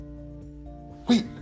Wait